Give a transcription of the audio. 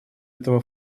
этого